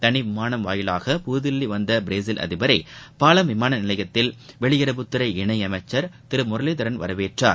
தனி விமானம் மூலம் புதுதில்லி வந்த பிரேஸில் அதிபரை பாலம் விமான நிலையத்தில் வெளியுறவுத்துறை இணையமைச்சர் திரு முரளிதரன் வரவேற்றார்